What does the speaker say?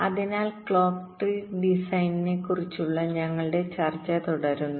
അതിനാൽ clock tree ഡിസൈനിനെക്കുറിച്ചുള്ള ഞങ്ങളുടെ ചർച്ച തുടരുന്നു